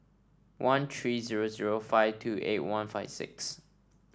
one three zero zero five two eight one five six